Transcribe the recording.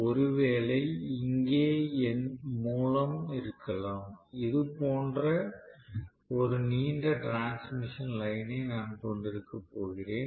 ஒருவேளை இங்கே என் மூலம் இருக்கலாம் இது போன்ற ஒரு நீண்ட டிரான்ஸ்மிஷன் லைன் ஐ நான் கொண்டிருக்கப்போகிறேன்